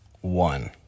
one